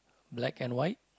black and white